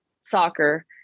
soccer